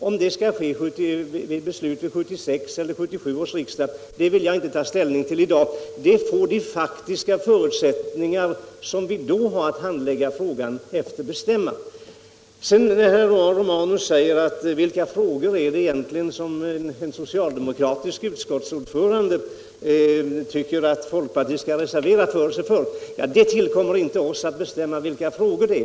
Om det skall ske genom beslut vid 1976 eller vid 1977 års riksdag vill jag inte ta ställning till i dag. Det får de faktiska förutsättningarna då bestämma. Herr Romanus undrade, i vilka frågor en socialdemokratisk utskottsordförande över huvud taget tycker att folkpartiet skall reservera sig. Ja, det tillkommer inte oss att bestämma.